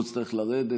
שלא תצטרך לרדת,